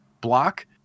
block